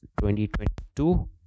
2022